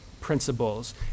principles